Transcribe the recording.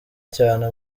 cyane